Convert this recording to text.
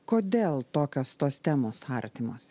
kodėl tokios tos temos artimos